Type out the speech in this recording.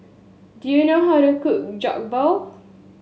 do you know how to cook Jokbal